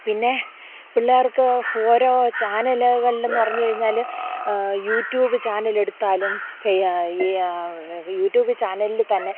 പിന്നെ പിള്ളേർക്ക് ഓരോ ചാനലുകളിൽ നിന്ന് പറഞ്ഞു കഴിഞ്ഞാൽ യൂട്യൂബ് ചാനൽ എടുത്താലും ഈ യൂട്യൂബ് ചാനലിൽ തന്നെ